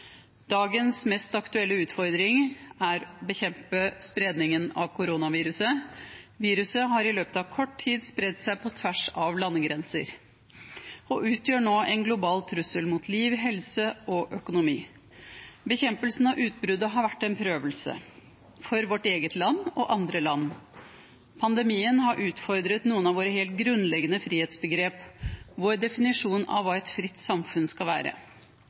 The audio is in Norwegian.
Dagens mest aktuelle utfordring er å bekjempe spredningen av koronaviruset. Viruset har i løpet av kort tid spredt seg på tvers av landegrenser og utgjør nå en global trussel mot liv, helse og økonomi. Bekjempelsen av utbruddet har vært en prøvelse – for vårt eget land og for andre land. Pandemien har utfordret noen av våre helt grunnleggende frihetsbegreper, vår definisjon av hva et fritt samfunn skal være.